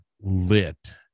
lit